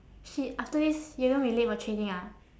shit after this you're gonna be late for training ah